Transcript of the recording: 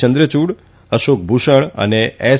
ચંદ્રચુડ અશોક ભૂષણ અને એસ